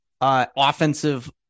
offensive